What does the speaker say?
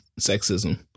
sexism